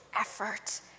effort